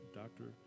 doctor